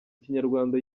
kinyarwanda